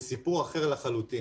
זה סיפור אחר לחלוטין